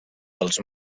dels